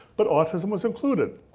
but autism was included.